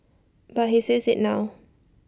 but he sees IT now